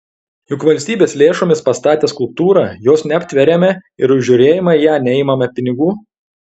juk valstybės lėšomis pastatę skulptūrą jos neaptveriame ir už žiūrėjimą į ją neimame pinigų